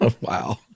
Wow